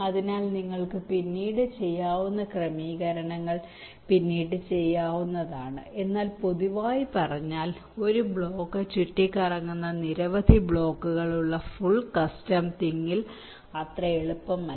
അതിനാൽ നിങ്ങൾക്ക് പിന്നീട് ചെയ്യാവുന്ന ക്രമീകരണങ്ങൾ പിന്നീട് ചെയ്യാവുന്നതാണ് എന്നാൽ പൊതുവായി പറഞ്ഞാൽ ഒരു ബ്ലോക്ക് ചുറ്റിക്കറങ്ങുന്ന നിരവധി ബ്ലോക്കുകളുള്ള ഫുൾ കസ്റ്റം തിങ്ങിൽ അത്ര എളുപ്പമല്ല